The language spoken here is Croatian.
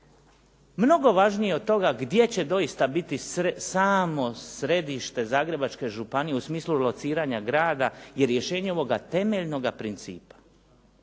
Mnogo važnije od toga gdje će doista biti samo središte Zagrebačke županije u smislu lociranja grada, je rješenje ovoga temeljnoga principa.